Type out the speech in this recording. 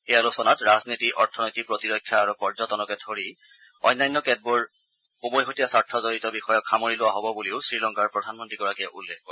এই আলোচনাত ৰাজনীতি অথনীতি প্ৰতিৰক্ষা আৰু পৰ্যটনকে অন্যান্য কেতবোৰ উমৈহতীয়া স্বাৰ্থ জড়িত বিষযক সামৰি লোৱা হ'ব বুলিও শ্ৰীলংকাৰ প্ৰধানমন্ত্ৰীগৰাকীয়ে উল্লেখ কৰে